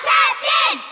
Captain